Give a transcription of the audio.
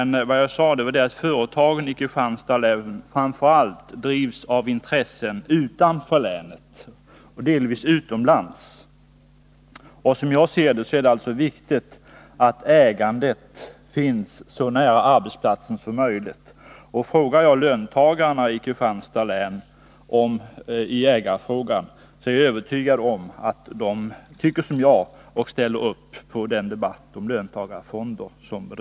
Men vad jag sade var att företagen i Kristianstads län framför allt drivs av intressen utanför länet, och delvis utomlands. Som jag ser det är det alltså viktigt att ägandet finns så nära arbetsplatsen som möjligt. Frågar jag löntagarna i Kristianstads län beträffande ägandet, så är jag övertygad om att de tycker som jag och att de ställer sig bakom debatten om löntagarfonder.